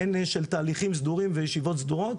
והן של תהליכים סדורים וישיבות סדורות,